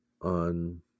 on